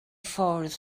ffwrdd